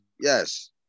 yes